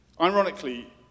Ironically